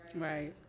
Right